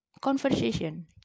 conversation